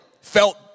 felt